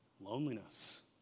loneliness